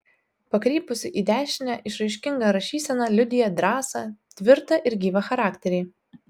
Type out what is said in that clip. pakrypusi į dešinę išraiškinga rašysena liudija drąsą tvirtą ir gyvą charakterį